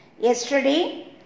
Yesterday